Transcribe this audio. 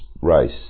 rice